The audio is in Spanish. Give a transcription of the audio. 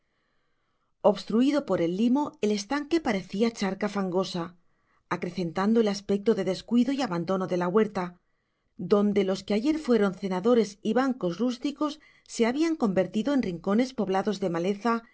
obstruido por el limo el estanque parecía charca fangosa acrecentando el aspecto de descuido y abandono de la huerta donde los que ayer fueron cenadores y bancos rústicos se habían convertido en rincones poblados de maleza y